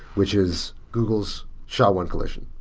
which is google's sha one collision.